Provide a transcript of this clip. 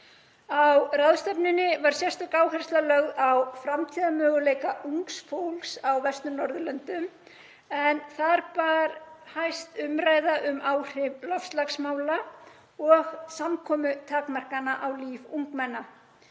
Á ráðstefnunni var sérstök áhersla lögð á framtíðarmöguleika ungs fólks á Vestur-Norðurlöndum en þar bar hæst umræðu um áhrif loftslagsmála og samkomutakmarkana á líf ungmenna.